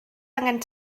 angen